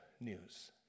news